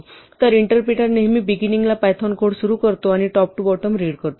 तर इंटरप्रिटर नेहमी बिगिनिंगला पायथॉन कोड सुरू करतो आणि टॉप टू बॉटम रीड करतो